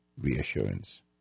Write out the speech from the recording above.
reassurance